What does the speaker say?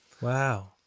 Wow